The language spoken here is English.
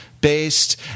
based